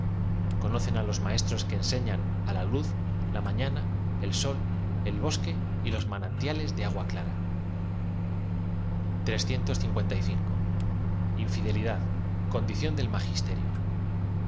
conocen á los maestros que enseñan á la luz la mañana el sol el bosque y los manantía les de agua clara z b l infidelidad condición del magisterio